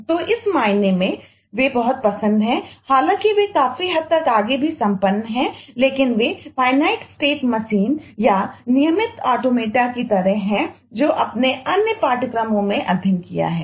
तो इस मायने में वे बहुत पसंद हैं हालांकि वे काफी हद तक आगे भी संपन्न हैं लेकिन वे फिनिट स्टेट मशीनों की तरह हैं जो आपने अन्य पाठ्यक्रमों में अध्ययन किया है